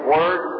Word